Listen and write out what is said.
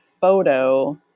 photo